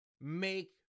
make